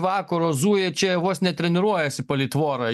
vakaro zuja čia vos ne treniruojasi palei tvorą